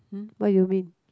[huh] what you mean